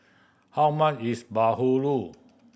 how much is bahulu